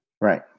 Right